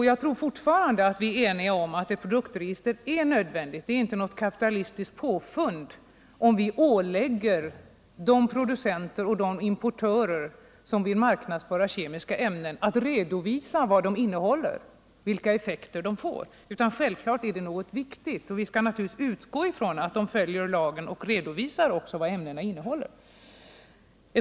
Jag tror fortfarande vi är eniga om att ett produktregister är nödvändigt — det är inte något kapitalistiskt påfund, om vi ålägger de producenter och importörer som vill marknadsföra kemiska ämnen att redovisa vad dessa innehåller och vilka effekter de får. Självfallet är detta viktigt. Vi skall naturligtvis utgå ifrån att de följer lagen och också redovisar vad ämnena innehåller.